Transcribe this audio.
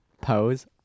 Pose